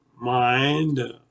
mind